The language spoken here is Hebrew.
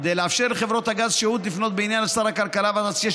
כדי לאפשר לחברות הגז שהות לפנות בעניין לשר הכלכלה והתעשייה,